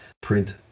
print